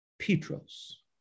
Petros